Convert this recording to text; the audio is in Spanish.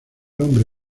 hombre